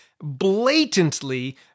blatantly